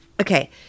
Okay